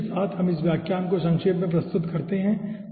तो इसी के साथ हम व्याख्यान को संक्षेप में प्रस्तुत करते हैं